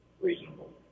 reasonable